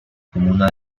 comuna